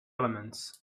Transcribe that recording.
elements